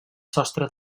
sostre